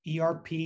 ERP